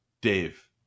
Dave